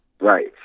right